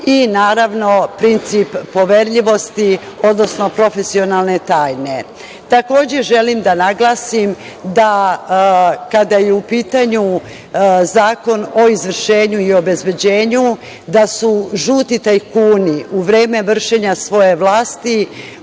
i naravno princip poverljivosti, odnosno profesionalne tajne. Takođe, želim da naglasim da kada je u pitanju Zakon o izvršenju i obezbeđenju, da su žuti tajkuni u vreme vršenja svoje vlasti,